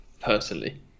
personally